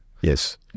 yes